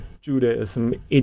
Judaism